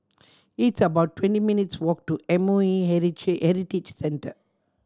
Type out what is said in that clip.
it's about twenty minutes' walk to M O E Heritage Center